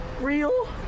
real